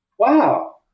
Wow